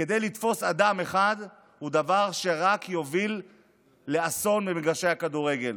כדי לתפוס אדם אחד הוא דבר שרק יוביל לאסון במגרשי הכדורגל.